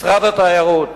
משרד התיירות,